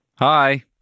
hi